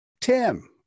Tim